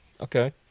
Okay